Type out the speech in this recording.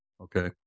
okay